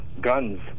guns